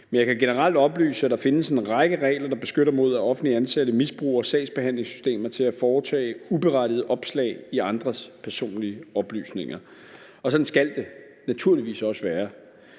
Men jeg kan generelt oplyse, at der findes en række regler, der beskytter mod, at offentligt ansatte misbruger sagsbehandlingssystemer til at foretage uberettigede opslag i andres personlige oplysninger, og sådan skal det naturligvis også være.